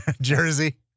Jersey